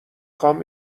خوام